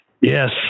Yes